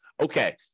okay